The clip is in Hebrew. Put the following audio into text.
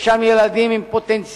יש שם ילדים עם פוטנציאל,